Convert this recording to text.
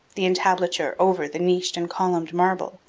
the entablature over the niched and columned marble,